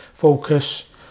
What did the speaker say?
Focus